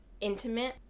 intimate